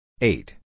Eight